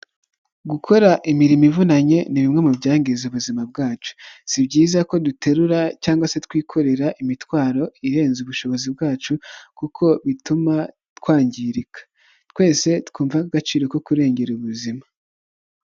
Gukora imirimo ivunanye ni bimwe mu byangiriza ubuzima bwacu, si byiza ko duterura cyangwa se twikorera imitwaro irenze ubushobozi bwacu kuko bituma twangirika, twese twumva agaciro ko kurengera ubuzima.